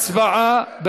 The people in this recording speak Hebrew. תשובה והצבעה,